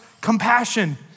compassion